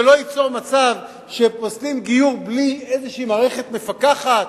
שלא ייצור מצב שפוסלים גיור בלי איזו מערכת מפקחת,